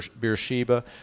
Beersheba